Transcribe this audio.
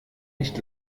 nicht